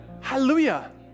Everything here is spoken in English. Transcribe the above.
Hallelujah